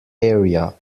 area